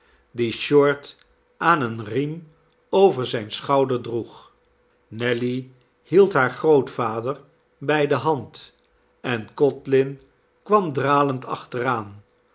die short aan een riem over zijn schouder droeg nelly hield haar grootvader bij de hand en codlin kwam dralend achteraan